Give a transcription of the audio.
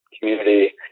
community